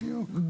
בדיוק.